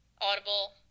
Audible